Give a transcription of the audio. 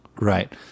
Right